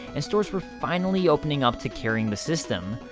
and stores were finally opening up to carrying the system.